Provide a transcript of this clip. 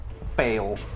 fail